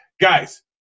guys